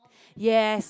yes